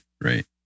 right